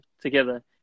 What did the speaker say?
together